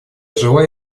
желаю